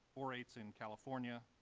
borates in california,